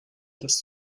dass